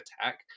attack